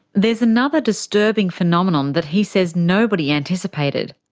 there's another disturbing phenomenon that he says nobody anticipated.